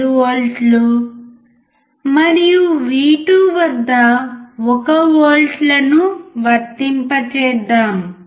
5 వోల్ట్లు మరియు V2 వద్ద 1 వోల్ట్లను వర్తింపజేద్దాం